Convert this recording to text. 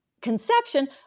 conception